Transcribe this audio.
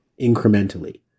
incrementally